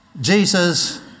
Jesus